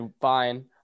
fine